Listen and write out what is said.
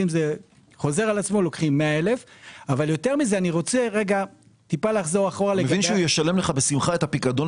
ואם זה חוזר על עצמו לוקחים 100,000. הוא ישלם לך בשמחה את הפיקדון